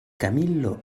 camillo